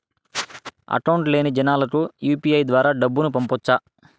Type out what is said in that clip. Account లేని జనాలకు UPI ద్వారా డబ్బును పంపొచ్చా?